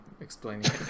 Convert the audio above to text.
explaining